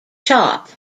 chop